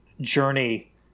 journey